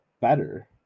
better